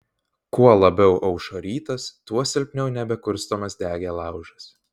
kuo labiau aušo rytas tuo silpniau nebekurstomas degė laužas